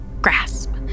grasp